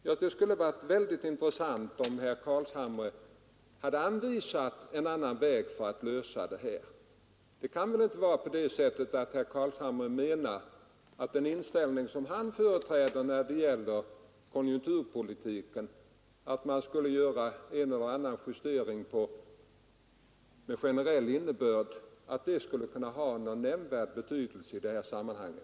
Det skulle ha varit intressant, om herr Carlshamre anvisat en annan väg för att lösa detta problem. Herr Carlshamre kan väl inte mena att den inställning han företräder när det gäller konjunkturpolitiken, dvs. att man skulle göra en eller annan justering med generell innebörd, skulle ha någon nämnvärd betydelse i detta sammanhang.